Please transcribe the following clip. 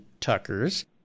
tuckers